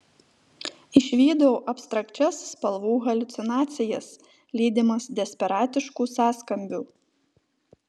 išvydau abstrakčias spalvų haliucinacijas lydimas desperatiškų sąskambių